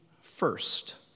first